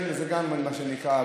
זה גם מה שנקרא,